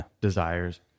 desires